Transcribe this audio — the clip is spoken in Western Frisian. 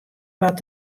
wat